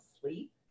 sleep